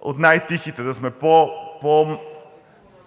от най-тихите, да сме по-малки